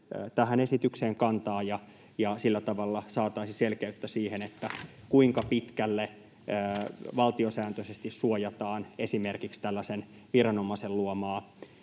tähän esitykseen kantaa ja että sillä tavalla saataisiin selkeyttä siihen, kuinka pitkälle valtiosääntöisesti suojataan esimerkiksi tällaisen viranomaisen luomaa